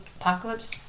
apocalypse